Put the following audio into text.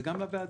וגם לוועדה.